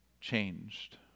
changed